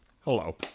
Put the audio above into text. hello